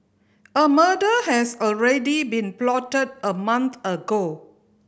a murder has already been plotted a month ago